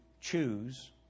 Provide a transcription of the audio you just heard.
choose